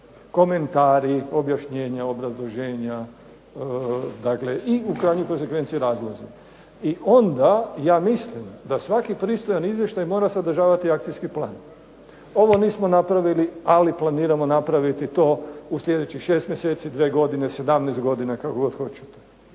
komentari, objašnjenja, obrazloženja dakle i u krajnjoj konzekvenci razlozi. Onda ja mislim da svaki pristojan Izvještaj mora sadržavati akcijski plan, ovo nismo napravili ali planiramo napraviti to u sljedećih 6 mjeseci, 2 godine, 17 godina kako god hoćete,